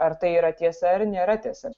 ar tai yra tiesa ar nėra tiesa